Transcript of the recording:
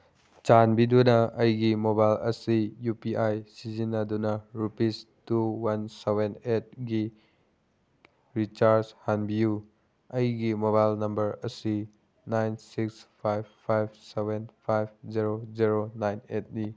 ꯆꯥꯟꯕꯤꯗꯨꯅ ꯑꯩꯒꯤ ꯃꯣꯕꯥꯏꯜ ꯑꯁꯤ ꯌꯨ ꯄꯤ ꯑꯥꯏ ꯁꯤꯖꯤꯟꯅꯗꯨꯅ ꯔꯨꯄꯤꯁ ꯇꯨ ꯋꯥꯟ ꯁꯕꯦꯟ ꯑꯦꯠꯒꯤ ꯔꯤꯆꯥꯔꯖ ꯍꯥꯟꯕꯤꯌꯨ ꯑꯩꯒꯤ ꯃꯣꯕꯥꯏꯜ ꯅꯝꯕꯔ ꯑꯁꯤ nine six five five seven five zero zero nine ꯑꯦꯠꯅꯤ